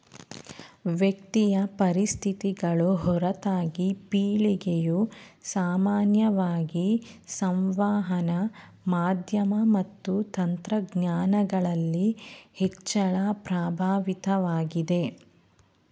ವ್ಯಕ್ತಿಯ ಪರಿಸ್ಥಿತಿಗಳು ಹೊರತಾಗಿ ಪೀಳಿಗೆಯು ಸಾಮಾನ್ಯವಾಗಿ ಸಂವಹನ ಮಾಧ್ಯಮ ಮತ್ತು ತಂತ್ರಜ್ಞಾನಗಳಲ್ಲಿ ಹೆಚ್ಚಳ ಪ್ರಭಾವಿತವಾಗಿದೆ